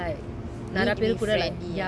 need to be friendly eh